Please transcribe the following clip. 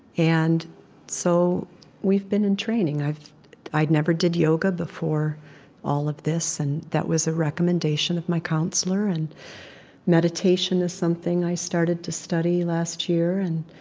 and so we've been in training. i've i never did yoga before all of this, and that was a recommendation of my counselor. and meditation is something i started to study last year. and